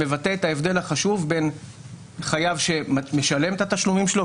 הוא מבטא את ההבדל החשוב בין חייב שמשלם את התשלומים שלו,